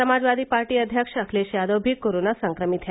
Samajwadi party अध्यक्ष अखिलेश यादव भी corona संक्रमित है